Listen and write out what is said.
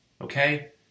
Okay